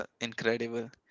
incredible